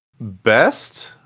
Best